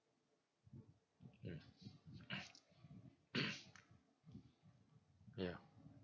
um yeah